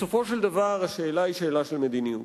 בסופו של דבר, השאלה היא שאלה של מדיניות.